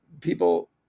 people